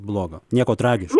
blogo nieko tragiško